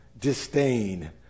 disdain